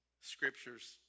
scriptures